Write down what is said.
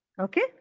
okay